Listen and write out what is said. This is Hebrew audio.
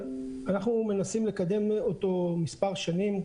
אנחנו מנסים לקדם אותו מספר שנים,